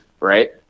Right